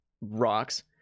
rocks